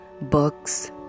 books